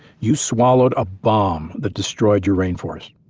you swallowed a bomb that destroyed your rainforest.